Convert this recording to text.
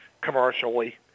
commercially